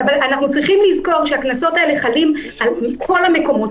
יש לזכור שהקנסות האלה חלים על כל המקומות,